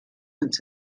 uns